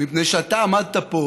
מפני שאתה עמדת פה